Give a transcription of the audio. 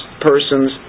persons